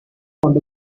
tardy